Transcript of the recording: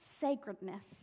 sacredness